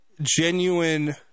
genuine